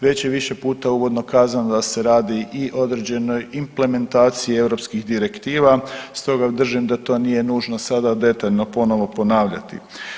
Već je više puta uvodno kazano da se radi i određenoj implementaciji europskih direktiva, stoga držim da to nije nužno sada detaljno ponovo ponavljati.